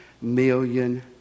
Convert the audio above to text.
million